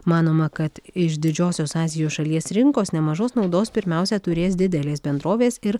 manoma kad iš didžiosios azijos šalies rinkos nemažos naudos pirmiausia turės didelės bendrovės ir